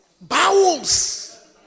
Bowels